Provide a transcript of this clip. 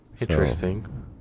Interesting